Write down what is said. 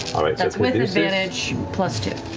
that's with advantage, plus two.